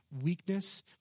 weakness